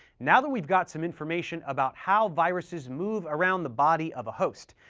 now that we've got some information about how viruses move around the body of a host,